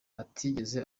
atigeze